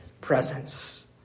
presence